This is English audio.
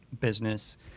business